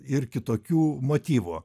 ir kitokių motyvų